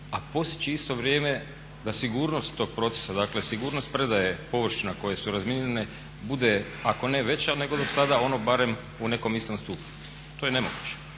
a postići u isto vrijeme da sigurnost tog procesa, dakle sigurnost predaje površina koje su razminirane bude ako ne veća nego do sada onda barem u nekom istom stupnju. To je nemoguće.